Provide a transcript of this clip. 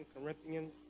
Corinthians